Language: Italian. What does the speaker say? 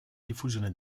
diffusione